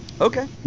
Okay